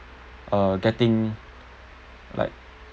uh getting like